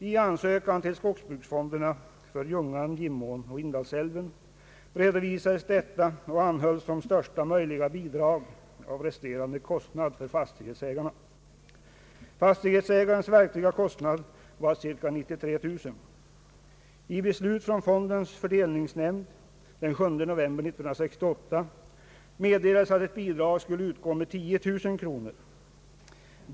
I ansökan till skogsbruksfonderna för Ljungan, Gimån och Indalsälven redovisades detta och anhölls om största möjliga bidrag av resterande kostnad för fastighetsägaren. Fastighetsägarens verkliga kostnad var ca 93 000 kronor. I beslut från fondens fördelningsnämnd den 7 november 1968 meddelades att ett bidrag skulle utgå med 10 000 kronor.